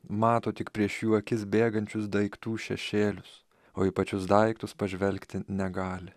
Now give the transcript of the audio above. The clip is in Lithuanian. mato tik prieš jų akis bėgančius daiktų šešėlius o į pačius daiktus pažvelgti negali